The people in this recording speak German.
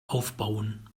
aufbauen